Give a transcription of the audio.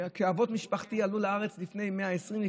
כשאבות משפחתי עלו לארץ לפני 120 שנה,